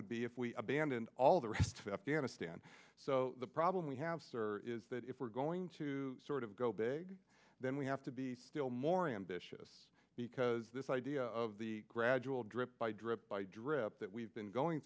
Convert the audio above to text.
would be if we abandoned all the rest of afghanistan so the problem we have sir is that if we're going to sort of go big then we have to be still more ambitious because this idea of the gradual drip by drip by drip that we've been going